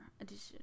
edition